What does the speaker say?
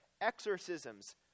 exorcisms